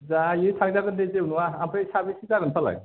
जायो थांजागोन दे जेबो नोङा ओमफाय साबैसे जागोनफालाय